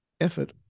effort